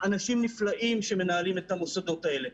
אנשים נפלאים שמנהלים את המוסדות האלה.